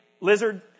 lizard